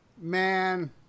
Man